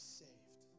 saved